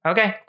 Okay